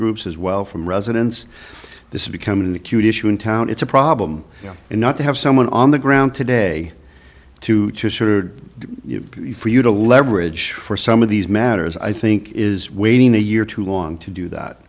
groups as well from residents this is becoming an acute issue in town it's a problem and not to have someone on the ground today to you for you to leverage for some of these matters i think is waiting a year too long to do that